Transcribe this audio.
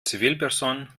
zivilperson